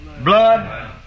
blood